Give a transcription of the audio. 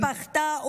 מבני משפחתה,